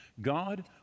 God